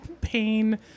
pain